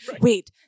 Wait